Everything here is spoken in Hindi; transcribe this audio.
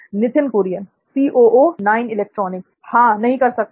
नित्थिन कुरियन हां नहीं हो सकता है